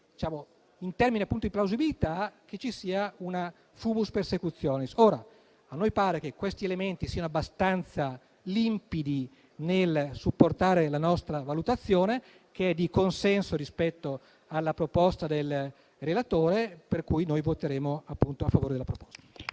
forniti è plausibile ritenere che ci sia un *fumus persecutionis* - a noi pare che gli elementi siano abbastanza limpidi nel supportare la nostra valutazione, che è di consenso rispetto alla proposta del relatore. Pertanto voteremo a favore della proposta.